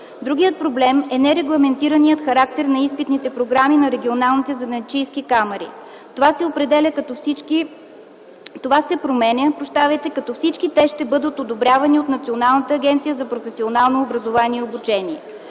Другият проблем е нерегламентираният характер на изпитните програми на регионалните занаятчийски камари. Това се променя като всички те ще бъдат одобрявани от Националната агенция за професионално образование и обучение.